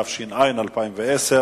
התש"ע 2010,